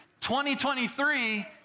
2023